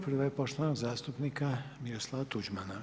Prva je poštovanog zastupnika Miroslava Tuđmana.